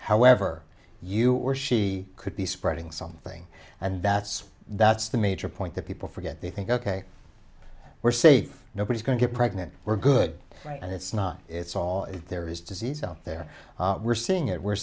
however you or she could be spreading something and that's that's the major point that people forget they think ok we're safe nobody's going to get pregnant we're good right and it's not it's all if there is disease out there we're seeing it we're